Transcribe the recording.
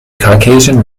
caucasian